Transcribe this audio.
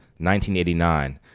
1989